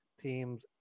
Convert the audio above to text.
teams